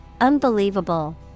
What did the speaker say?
Unbelievable